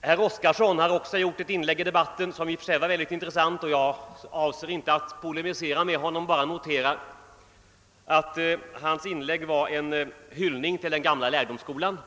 Herr Oskarson har också gjort ett inlägg i debatten som i och för sig var mycket intressant. Jag avser inte att polemisera mot honom utan vill bara notera att hans inlägg var en hyllning till den gamla lärdomsskolan.